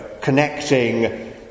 connecting